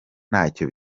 ntacyo